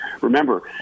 Remember